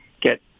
get